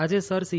આજે sir C